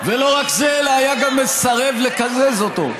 ולא רק זה, היה גם מסרב לקזז אותו.